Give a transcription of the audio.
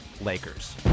Lakers